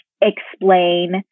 explain